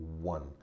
one